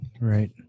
Right